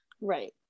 Right